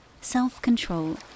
self-control